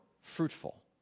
fruitful